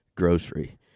grocery